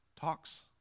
talks